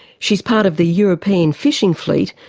she's part of the european fishing fleet,